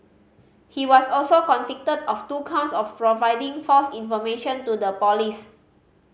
he was also convicted of two counts of providing false information to the police